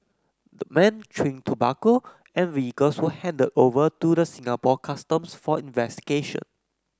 the men chewing tobacco and vehicles were handed over to the Singapore Customs for investigation